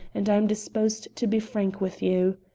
and i am disposed to be frank with you.